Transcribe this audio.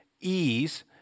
ease